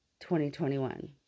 2021